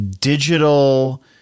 digital